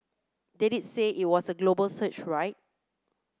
they did say it was a global search right